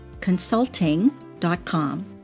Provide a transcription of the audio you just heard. consulting.com